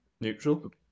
Neutral